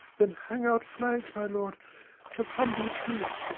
then hang out flags, my lord, of humble truce,